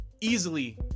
easily